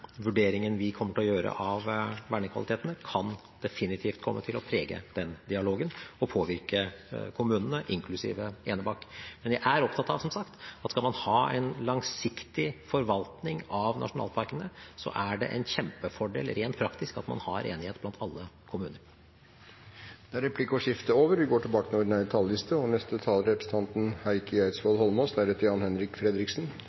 vurderingen vi kommer til å gjøre av vernekvalitetene, kan definitivt komme til å prege den dialogen og påvirke kommunene, inklusiv Enebakk. Men jeg er opptatt av, som sagt, at skal man ha en langsiktig forvaltning av nasjonalparkene, så er det en kjempefordel rent praktisk at det er enighet blant alle kommunene. Replikkordskiftet er over.